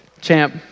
champ